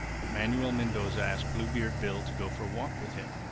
but manuel mendoza asked bluebeard bill to go for a walk with him.